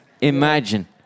Imagine